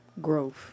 growth